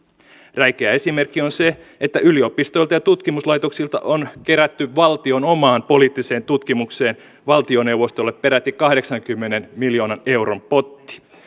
räikeä esimerkki on se että yliopistoilta ja tutkimuslaitoksilta on kerätty valtion omaan poliittiseen tutkimukseen valtioneuvostolle peräti kahdeksankymmenen miljoonan euron potti